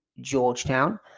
Georgetown